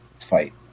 fight